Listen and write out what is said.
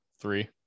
Three